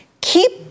keep